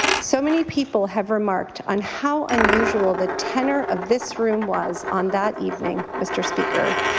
so many people have remarked on how unusual the tenor of this room was on that evening, mr. speaker.